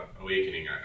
awakening